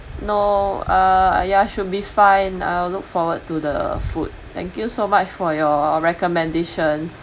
no uh ya should be fine I'll look forward to the food thank you so much for your recommendations